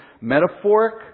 metaphoric